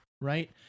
Right